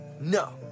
No